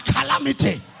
calamity